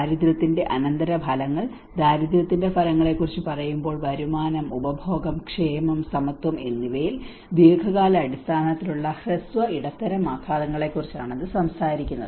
ദാരിദ്ര്യത്തിന്റെ അനന്തരഫലങ്ങൾ ദാരിദ്ര്യത്തിന്റെ ഫലങ്ങളെക്കുറിച്ച് പറയുമ്പോൾ വരുമാനം ഉപഭോഗം ക്ഷേമം സമത്വം എന്നിവയിൽ ദീർഘകാലാടിസ്ഥാനത്തിലുള്ള ഹ്രസ്വ ഇടത്തരം ആഘാതങ്ങളെക്കുറിച്ചാണ് അത് സംസാരിക്കുന്നത്